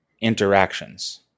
interactions